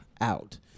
out